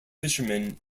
fishermen